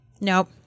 Nope